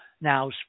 now